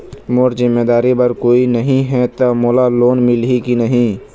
मोर जिम्मेदारी बर कोई नहीं हे त मोला लोन मिलही की नहीं?